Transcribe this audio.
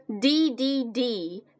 D-D-D